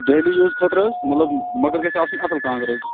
daily use خٲطرٕ حظ مطلب مگر گَژھِ آسن اصل کانٛگر حظ